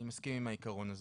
אני מסכים עם העיקרון הזה.